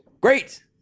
great